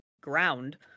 ground